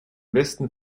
westen